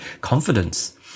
confidence